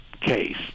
case